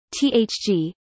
THG